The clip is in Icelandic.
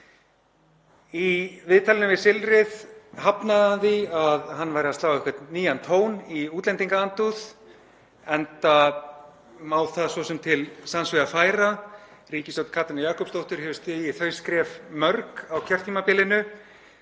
Í viðtalinu í Silfrinu hafnaði hann því að hann væri að slá nýjan tón í útlendingaandúð enda má það svo sem til sanns vegar færa, ríkisstjórn Katrínar Jakobsdóttur hefur stigið þau skref mörg á kjörtímabilinu.